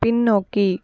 பின்னோக்கி